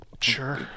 sure